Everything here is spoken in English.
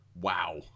wow